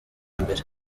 mbere